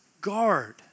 Guard